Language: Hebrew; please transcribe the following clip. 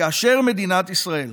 כאשר מדינת ישראל